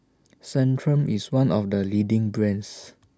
Centrum IS one of The leading brands